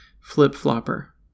flip-flopper